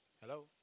hello